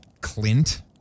Clint